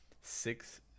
six